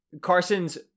Carson's